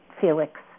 Felix